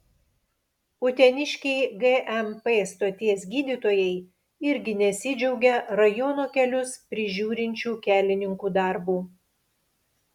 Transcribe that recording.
uteniškiai gmp stoties gydytojai irgi nesidžiaugia rajono kelius prižiūrinčių kelininkų darbu